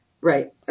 Right